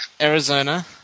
Arizona